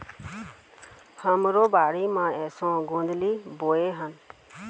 हमरो बाड़ी म एसो गोंदली बोए हन